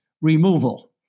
removal